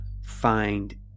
find